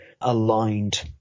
aligned